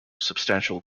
substantial